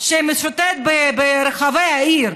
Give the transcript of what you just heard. שמשוטט ברחבי העיר,